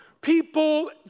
people